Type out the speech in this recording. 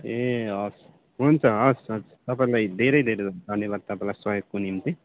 ए हवस् हुन्छ हवस् हवस् तपाईँलाई धेरै धेरै धन्यवाद तपाईँलाई सयोगको निम्ति